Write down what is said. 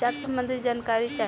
उपचार सबंधी जानकारी चाही?